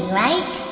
right